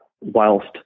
whilst